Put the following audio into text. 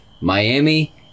Miami